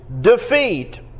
defeat